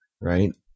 right